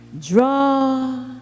draw